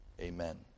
Amen